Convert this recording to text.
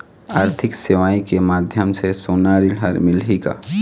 आरथिक सेवाएँ के माध्यम से सोना ऋण हर मिलही का?